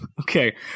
okay